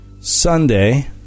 Sunday